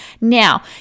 Now